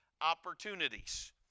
opportunities